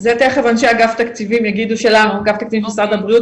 זה תיכף אנשי אגף התקציבים במשרד הבריאות